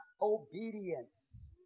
obedience